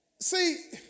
see